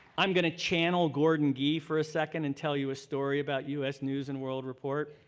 i'm going to channel gordon gee for a second and tell you a story about u s. news and world report.